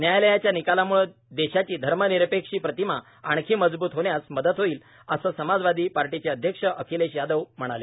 न्यायालयाच्या निकालामुळे देशाची धर्मनिरपेक्षी प्रतिमा आणखी मजबूत होण्यास मदत होईल असं समाजवादी पार्टीचे अध्यक्ष अखिलेश यादव म्हणाले